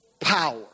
power